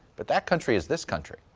but that country is this country.